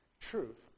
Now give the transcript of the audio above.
Truth